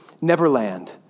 Neverland